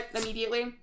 immediately